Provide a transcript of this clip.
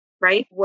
right